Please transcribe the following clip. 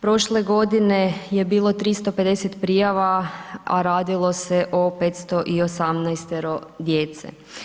Prošle godine je bilo 350 prijava a radilo se o 518.-tero djece.